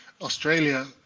Australia